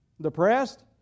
depressed